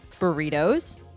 burritos